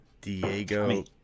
Diego